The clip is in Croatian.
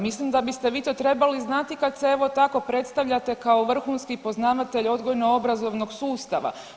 Mislim da biste vi to trebali znati kad se evo tako predstavljate kao vrhunski poznavatelj odgojno-obrazovnog sustava.